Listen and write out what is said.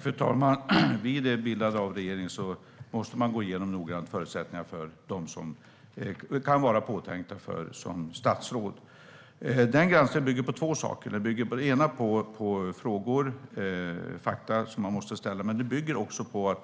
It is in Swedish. Fru talman! Vid bildande av en regering måste man noggrant gå igenom förutsättningarna för dem som kan vara påtänkta som statsråd. Den granskningen bygger på två saker. Den ena är frågor om fakta som måste ställas, men den andra bygger också på att